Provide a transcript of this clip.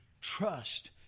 trust